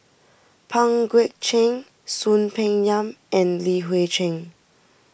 Pang Guek Cheng Soon Peng Yam and Li Hui Cheng